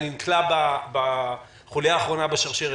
אני נקלע בחוליה האחרונה בשרשרת,